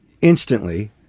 instantly